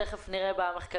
תכף נראה במחקרים.